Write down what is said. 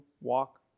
walk